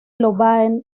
lovaina